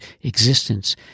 existence